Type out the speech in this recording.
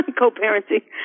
co-parenting